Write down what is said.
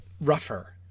rougher